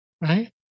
right